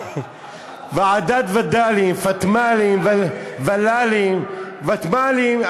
ועדת וד"לים, פתמ"לים, ול"לים, ותמ"לים.